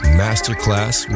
masterclass